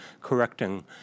correcting